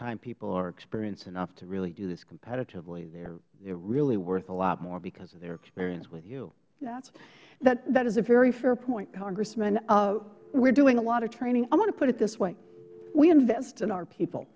time people are experienced enough to really do this competitively they're really worth a lot more because of their experience with you ms warren that is a very fair point congressman we're doing a lot of training i want to put it this way we invest in our people